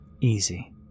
Easy